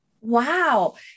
Wow